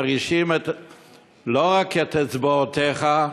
מרגישים לא רק את אצבעותיך,